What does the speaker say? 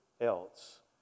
else